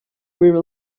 will